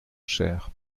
cher